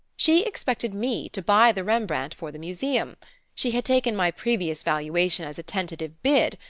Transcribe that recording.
she expected me to buy the rembrandt for the museum she had taken my previous valuation as a tentative bid,